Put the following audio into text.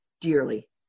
dearly